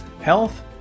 Health